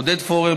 עודד פורר,